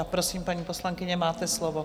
Prosím, paní poslankyně, máte slovo.